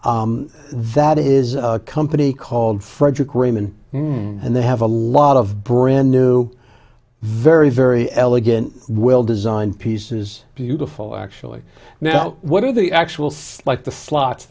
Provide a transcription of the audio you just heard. e that is a company called frederick raman and they have a lot of brand new very very elegant will design pieces beautiful actually now what are the actual say like the flo